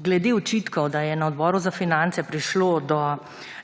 Glede očitkov, da je na Odboru za finance prišlo do